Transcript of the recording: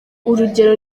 urugero